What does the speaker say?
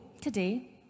today